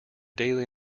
daily